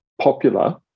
popular